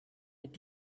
mit